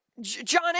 John